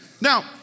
Now